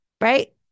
right